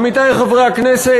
עמיתי חברי הכנסת,